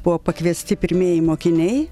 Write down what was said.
buvo pakviesti pirmieji mokiniai